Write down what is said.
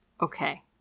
Okay